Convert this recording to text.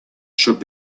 should